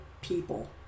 people